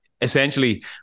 essentially